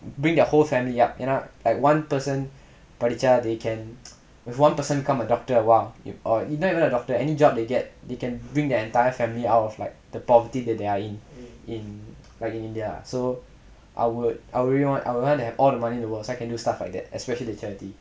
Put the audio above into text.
bring their whole family up ஏனா:yaenaa like one person படிச்சா:padichaa they can if one person become a doctor !wah! or not even a doctor any job they get they can bring their entire family out of like the poverty that they are in in like in india so I would I would really I would like to have all the money in the world so I can do stuff like that especially to charity